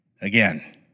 again